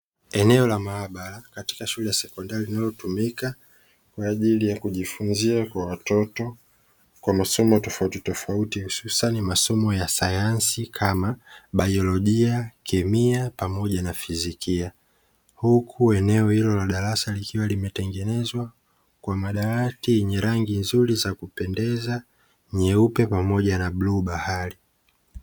Eneo la maabara katika shule ya sekondari inayotumika kwa ajili ya kujifunzia kwa watoto kwa masomo tofautitofauti hususani masomo ya sayansi kama, biolojia, kemia pamoja na fizikia. Huku eneo hilo la darasa likiwa limetengenezwa kwa madawati yenye rangi nzuri za kupendeza, nyeupe pamoja na bluu bahari.